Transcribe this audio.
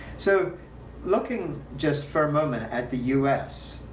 so looking just for a moment at the u s,